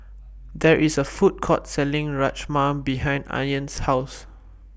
There IS A Food Court Selling Rajma behind Anya's House